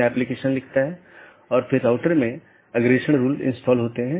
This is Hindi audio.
यह ओपन अपडेट अधिसूचना और जीवित इत्यादि हैं